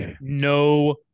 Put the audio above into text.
No